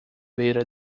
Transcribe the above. beira